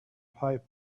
pipe